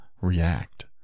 react